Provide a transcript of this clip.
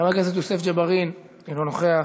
חבר הכנסת יוסף ג'בארין, אינו נוכח.